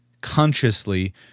consciously